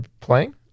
playing